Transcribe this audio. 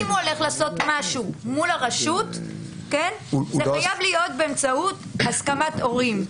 אם הוא הולך לעשות משהו מול הרשות זה חייב להיות באמצעות הסכמת הורים.